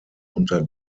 unter